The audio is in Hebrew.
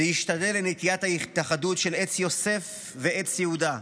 להשתדל לנטיית ההתאחדות של עץ יוסף ועץ יהודה"